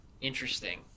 interesting